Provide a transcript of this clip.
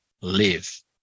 live